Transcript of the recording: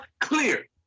clear